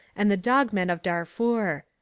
and the dog men of darfur.